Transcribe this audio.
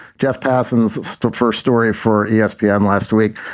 jeff parsons first story for yeah espn yeah and last week.